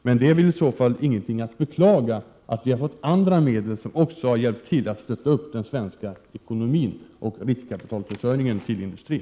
Vi skall väl i så fall inte beklaga att vi har fått andra medel som också har hjälpt till att stötta upp den svenska ekonomin och riskkapitalförsörjningen till industrin.